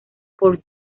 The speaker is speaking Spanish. por